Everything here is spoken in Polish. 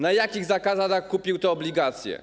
Na jakich zasadach kupił on te obligacje?